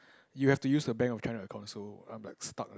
you have to use a bank of current accounts so I'm like stuck leh